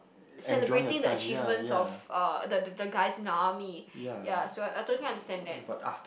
celebrating the achievements of uh the the the guys in the army ya so I totally understand that